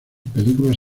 películas